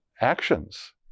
actions